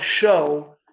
show